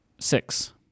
six